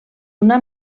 una